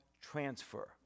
transfer